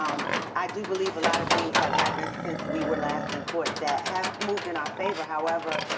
um i do believe a lot of things have happened since we were last in court that have moved in our favor. however,